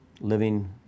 living